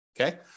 Okay